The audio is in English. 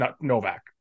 Novak